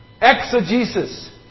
exegesis